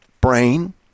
brain